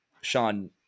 Sean